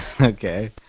Okay